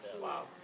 wow